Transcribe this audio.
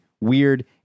weird